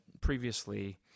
previously